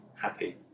happy